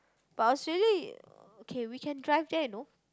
but Australia okay we can drive there you know